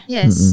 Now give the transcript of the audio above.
Yes